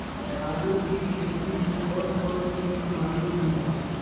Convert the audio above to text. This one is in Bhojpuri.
आलू की खेती में कौन कौन सी बीमारी होला?